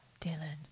Dylan